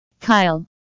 kyle